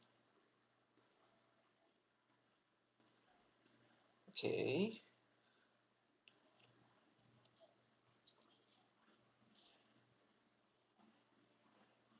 okay